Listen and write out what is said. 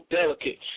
delicate